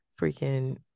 freaking